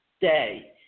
day